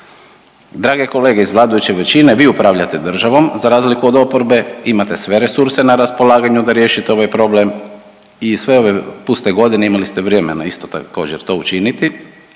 Drage kolege iz vladajuće većine vi upravljate državom za razliku od oporbe, imate sve resurse na raspolaganju da riješite ovaj problem i sve ove puste godine imali ste vremena isto također to učiniti.